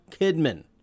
Kidman